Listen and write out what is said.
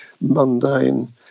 mundane